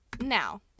Now